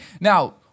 Now